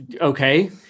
Okay